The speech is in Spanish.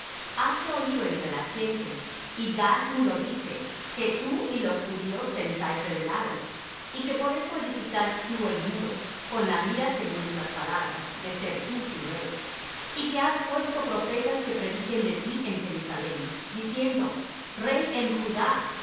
hase oído entre las gentes y gasmu lo dice que tú y los judíos pensáis rebelaros y que por eso edificas tú el muro con la mira según estas palabras de ser tú su rey y que has puesto profetas que prediquen de ti en jerusalem diciendo rey en judá